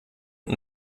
und